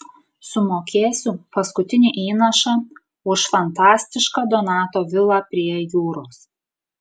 sumokėsiu paskutinį įnašą už fantastišką donato vilą prie jūros